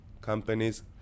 companies